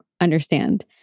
understand